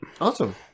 Awesome